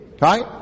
Right